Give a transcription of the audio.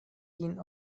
ĝin